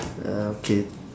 uh okay